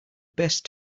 best